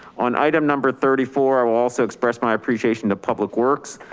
on item number thirty four, i will also express my appreciation to public works.